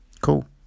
cool